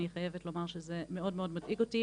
אני חייבת לומר שזה מאוד מדאיג אותי.